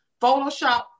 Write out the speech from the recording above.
Photoshop